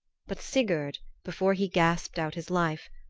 but sigurd, before he gasped out his life,